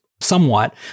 somewhat